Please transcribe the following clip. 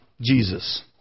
jesus